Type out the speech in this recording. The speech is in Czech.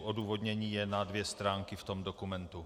Odůvodnění je na dvě stránky v tom dokumentu.